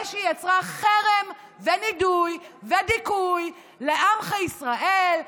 שהיא יצרה חרם ונידוי ודיכוי לעמך ישראל.